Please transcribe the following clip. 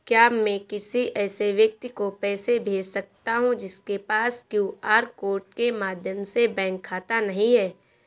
क्या मैं किसी ऐसे व्यक्ति को पैसे भेज सकता हूँ जिसके पास क्यू.आर कोड के माध्यम से बैंक खाता नहीं है?